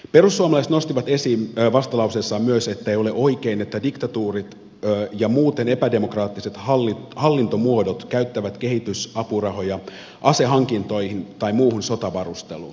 perussuomalaiset nostivat esiin vastalauseessaan myös ettei ole oikein että diktatuurit ja muuten epädemokraattiset hallintomuodot käyttävät kehitysapurahoja asehankintoihin tai muuhun sotavarusteluun